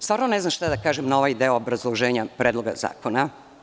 Stvarno ne znam šta da kažem na ovaj deo obrazloženja Predloga zakona.